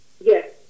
yes